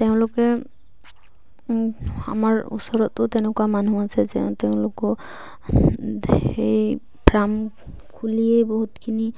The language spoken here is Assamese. তেওঁলোকে আমাৰ ওচৰতো তেনেকুৱা মানুহ আছে যে তেওঁলোকো সেই ফাৰ্ম খুলিয়েই বহুতখিনি